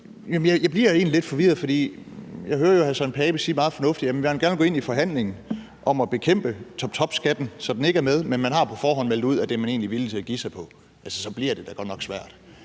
jeg hører jo hr. Søren Pape Poulsen meget fornuftigt sige, at man gerne vil gå ind i forhandlingen om at bekæmpe toptopskatten, så den ikke er med, men man har på forhånd meldt ud, at det er man egentlig villig til at give sig på. Altså, så bliver det da godt nok svært.